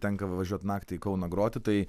tenka važiuot naktį į kauną groti tai